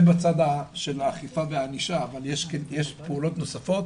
זה בצד של האכיפה והענישה, אבל יש פעולות נוספות